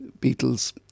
Beatles